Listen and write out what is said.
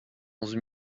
onze